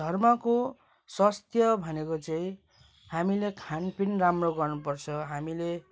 धर्मको स्वस्थ्य भनेको चाहिँ हामीले खानपिन राम्रो गर्नुपर्छ हामीले